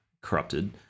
corrupted